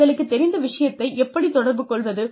உங்களுக்குத் தெரிந்த விஷயத்தை எப்படி தொடர்புக் கொள்வது